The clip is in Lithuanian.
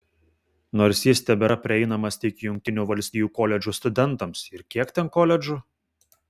nors jis tebėra prieinamas tik jungtinių valstijų koledžų studentams ir kiek ten koledžų